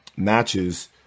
Matches